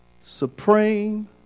supreme